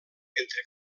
entre